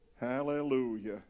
Hallelujah